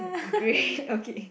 great okay